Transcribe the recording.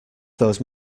those